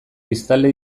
biztanle